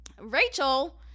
Rachel